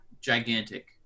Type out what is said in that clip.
gigantic